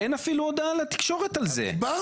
אין אפילו הודעה לתקשורת על זה.